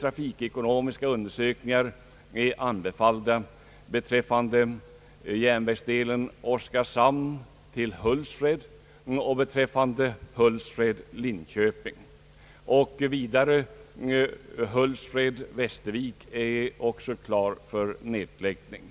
trafikekonomiska undersökningar är anbefallda = beträffande «:järnvägsleden Oskarshamn—Hultsfred och beträffande Hultsfred—Linköping, och järnvägen Hultsfred—Västervik är också klar för nedläggning.